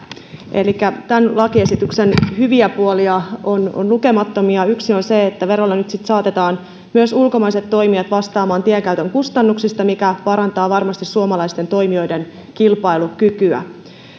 tämän lakiesityksen hyviä puolia on lukemattomia yksi on se että verolla nyt sitten saatetaan myös ulkomaiset toimijat vastamaan tienkäytön kustannuksista mikä parantaa varmasti suomalaisten toimijoiden kilpailukykyä